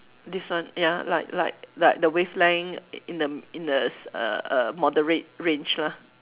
this one ya like like like the wavelength in the in the s~ err err moderate range lah